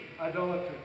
idolatry